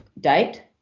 date